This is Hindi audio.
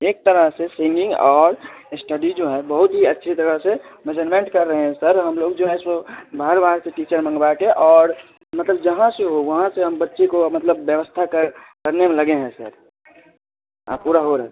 एक तरह से सिंगिंग और अस्टडी जो है बहुत ही अच्छी तरह से मेजर्मेन्ट कर रहें हैं सर हमलोग जो हैं सो बाहर बाहर से टीचर मंगवा कर और मतलब जहाँ से हो वहाँ से हम बच्चे को मतलब व्यवस्था कर करने में लगे हैं सर पूरा हो रहा है